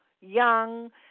young